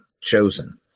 chosen